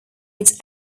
its